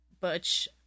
Butch